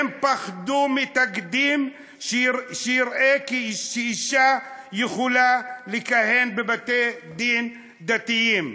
הם פחדו מתקדים שיראה שאישה יכולה לכהן בבתי-דין דתיים.